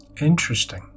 Interesting